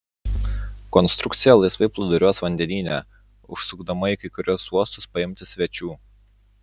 konstrukcija laisvai plūduriuos vandenyne užsukdama į kai kuriuos uostus paimti svečių